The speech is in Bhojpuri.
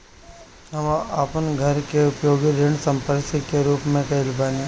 हम अपन घर के उपयोग ऋण संपार्श्विक के रूप में कईले बानी